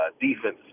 defense